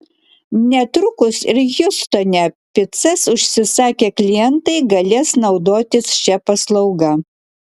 netrukus ir hjustone picas užsisakę klientai galės naudotis šia paslauga